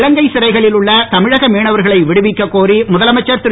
இலங்கை சிறைகளில் உள்ள தமிழக மீனவர்களை விடுவிக்க கோரி முதலமைச்சர் திரு